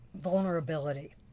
vulnerability